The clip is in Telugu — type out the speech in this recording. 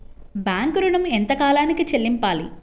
బ్యాంకు ఋణం ఎంత కాలానికి చెల్లింపాలి?